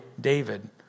David